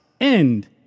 end